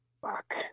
Fuck